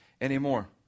anymore